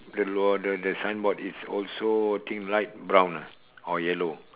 the the the signboard is also think light brown ah or yellow